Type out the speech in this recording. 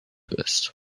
ist